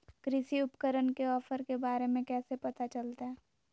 कृषि उपकरण के ऑफर के बारे में कैसे पता चलतय?